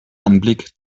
anblick